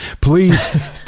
please